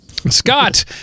Scott